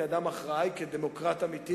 זה דווקא חושף את חולשתך,